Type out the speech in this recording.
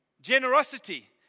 generosity